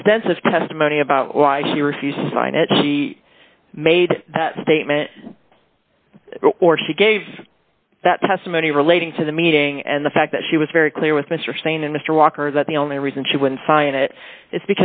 extensive testimony about why she refused to sign it she made that statement or she gave that testimony relating to the meeting and the fact that she was very clear with mr sane and mr walker that the only reason she would sign it i